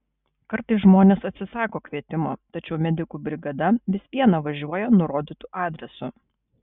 kartais žmonės atsisako kvietimo tačiau medikų brigada vis viena važiuoja nurodytu adresu